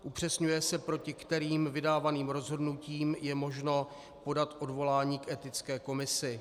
Upřesňuje se, proti kterým vydávaným rozhodnutím je možno podat odvolání k Etické komisi.